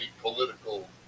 political